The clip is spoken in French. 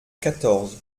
quatorze